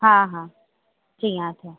हा हा जी हा